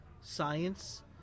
science